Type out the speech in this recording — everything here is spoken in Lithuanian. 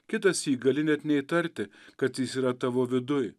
kitąsyk gali net neįtarti kad jis yra tavo viduj